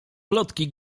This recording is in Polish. plotki